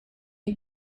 you